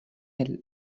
hill